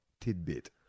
tidbit